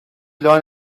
learn